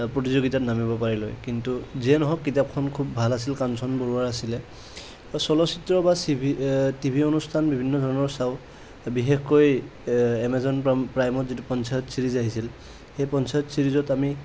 প্ৰতিযোগিতাত নামিব পাৰিলে হয় কিন্তু যিয়ে নহওক কিতাপখন খুব ভাল আছিল কাঞ্চন বৰুৱাৰ আছিলে চলচ্চিত্ৰ বা চিভি টিভি অনুষ্ঠান বিভিন্ন ধৰণৰ চাওঁ বিশেষকৈ এমাজন প্ৰাইমত যিটো পঞ্চায়ত চিৰিজ আহিছিল সেই পঞ্চায়ত চিৰিজত আমি